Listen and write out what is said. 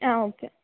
ആ ഓക്കെ